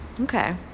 Okay